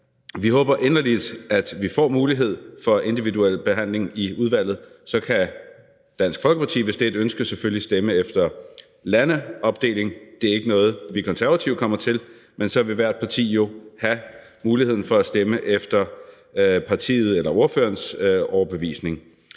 Vi håber inderligt, at vi får mulighed for individuel behandling i udvalget. Så kan Dansk Folkeparti, hvis det er et ønske, selvfølgelig stemme efter landeopdeling. Det er ikke noget, vi konservative kommer til, men så vil hvert parti jo have muligheden for at stemme efter partiets eller ordførerens overbevisning.